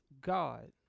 God